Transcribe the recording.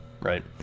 right